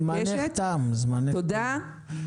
תודה.